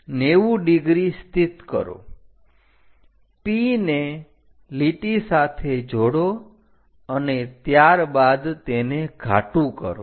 તો 90 ડિગ્રી સ્થિત કરો P ને લીટી સાથે જોડો અને ત્યારબાદ તેને ઘાટું કરો